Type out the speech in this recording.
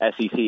sec